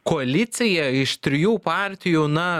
koalicija iš trijų partijų na